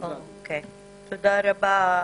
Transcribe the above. תודה רבה.